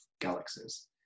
galaxies